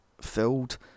filled